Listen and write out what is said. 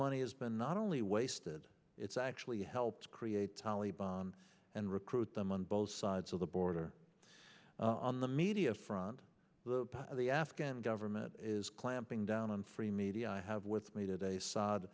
money has been not only wasted it's actually helped create tali and recruit them on both sides of the border on the media front the afghan government is clamping down on free media i have with me today s